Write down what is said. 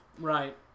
Right